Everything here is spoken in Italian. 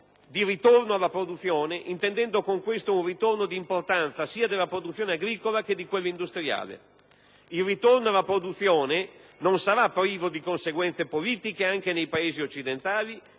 di «ritorno alla produzione», intendendo con questo un ritorno di importanza della produzione sia agricola che industriale. Il «ritorno alla produzione» non sarà privo di conseguenze politiche anche nei Paesi occidentali,